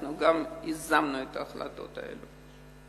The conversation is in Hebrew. אנחנו גם יישמנו את ההחלטות האלה.